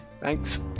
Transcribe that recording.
Thanks